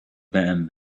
them